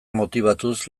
motibatuz